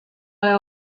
oleh